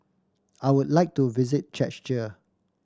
I would like to visit Czechia